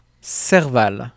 Serval